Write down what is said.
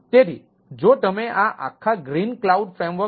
તેથી જો તમે આ આખા ગ્રીન કલાઉડ ફ્રેમવર્ક